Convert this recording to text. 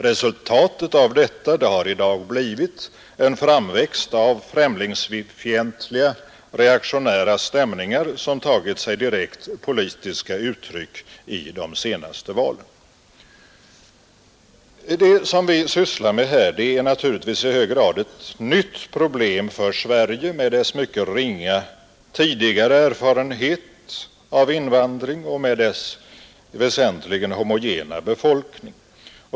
Resultatet av detta har i dag blivit en framväxt av främlingsfientliga, reaktionära stämningar som har tagit sig direkt politiska uttryck i de senaste valen. Det som vi här sysslar med är naturligtvis i hög grad ett nytt problem för Sverige med dess mycket ringa tidigare erfarenhet av invandring och med dess väsentligen homogena befolkning.